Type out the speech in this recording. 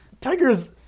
Tiger's